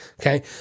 Okay